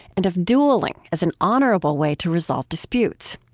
and of dueling as an honorable way to resolve disputes.